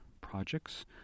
projects